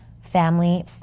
Family